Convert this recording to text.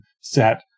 set